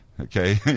Okay